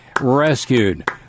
rescued